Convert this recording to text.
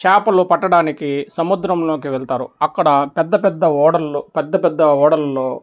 చేపలు పట్టడానికి సముద్రంలోకి వెళ్తారు అక్కడ పెద్ద పెద్ద ఓడళ్ళు పెద్ద పెద్ద ఓడల్లో